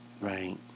right